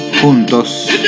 juntos